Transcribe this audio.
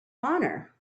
honor